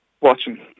watching